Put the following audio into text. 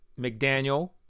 McDaniel